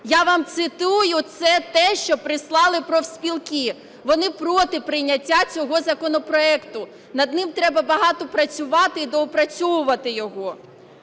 Я вам цитую це те, що прислали профспілки. Вони проти прийняття цього законопроекту. Над ним треба багато працювати і доопрацьовувати його.